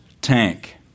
tank